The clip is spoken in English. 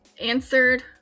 answered